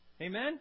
Amen